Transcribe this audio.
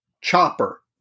chopper